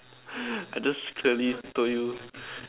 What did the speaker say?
I just clearly told you